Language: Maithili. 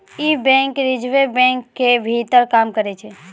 इ बैंक रिजर्व बैंको के भीतर काम करै छै